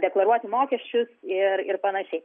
deklaruoti mokesčius ir ir panašiai